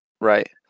right